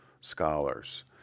scholars